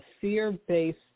fear-based